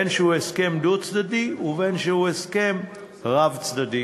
בין שהוא הסכם דו-צדדי ובין שהוא הסכם רב-צדדי.